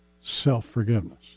self-forgiveness